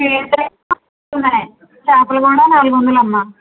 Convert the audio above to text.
KG ఉన్నాయి చేపలు కూడా నాలుగొందలమ్మ